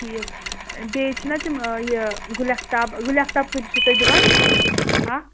ٹھیٖک بیٚیہِ چھِناہ تِم یہِ گُلِ آفتاب گُلِ آفتاب کٍتِس چھِوٕ تُہۍ دِوان